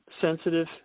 sensitive